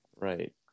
Right